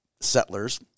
settlers